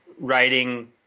writing